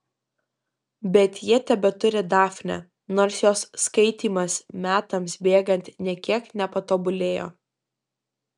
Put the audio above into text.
bet jie tebeturi dafnę nors jos skaitymas metams bėgant nė kiek nepatobulėjo